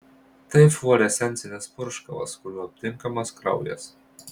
tai fluorescencinis purškalas kuriuo aptinkamas kraujas